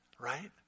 right